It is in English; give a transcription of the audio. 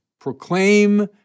proclaim